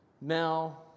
Now